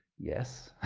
yes,